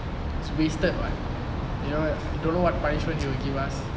is wasted [what] you know you don't know what punishment he will give us